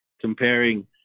comparing